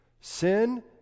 Sin